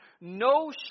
no